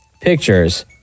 pictures